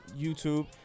YouTube